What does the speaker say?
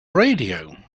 radio